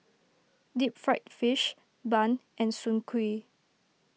Deep Fried Fish Bun and Soon Kuih